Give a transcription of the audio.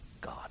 God